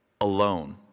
Alone